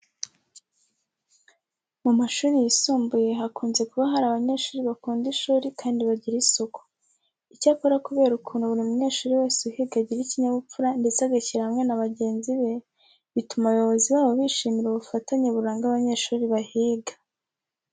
Mu mashuri yisumbuye hakunze kuba hari abanyeshuri bakunda ishuri kandi bagira isuku. Icyakora kubera ukuntu buri munyeshuri wese uhiga agira ikinyabupfura ndetse agashyira hamwe na bagenzi be, bituma abayobozi babo bishimira ubufatanye buranga abanyeshuri bahiga.